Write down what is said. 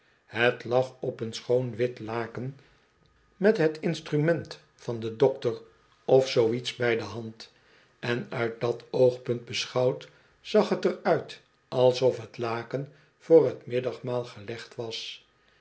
het lag op een schoon wit laken met het instrument van den dokter of zoo iets bij de hand en uit dat oogpunt beschouwd zag t er uit alsof t laken voor t middagmaal gelegd was